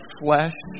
flesh